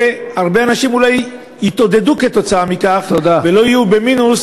הרבה אנשים אולי יתעודדו מכך ולא יהיו במינוס